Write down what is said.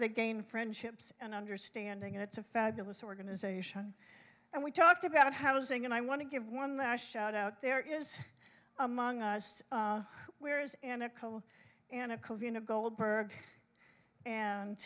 they gain friendships and understanding and it's a fabulous organization and we talked about housing and i want to give one that i shout out there is among us where is and a couple and a covina goldberg and